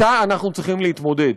שאתה אנחנו צריכים להתמודד,